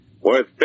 worth